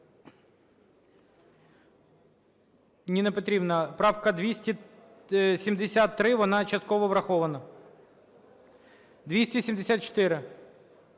Ніна Петрівна, правка 273, вона частково врахована. 274.